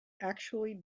actually